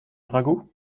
ragout